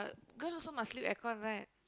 girl also must sleep aircon right